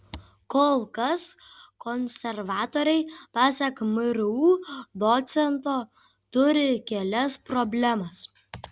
kol kas konservatoriai pasak mru docento turi kelias problemas